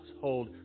hold